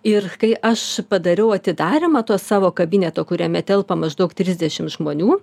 ir kai aš padariau atidarymą to savo kabineto kuriame telpa maždaug trisdešim žmonių